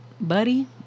buddy